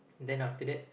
then after that